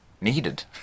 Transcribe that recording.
needed